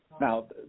Now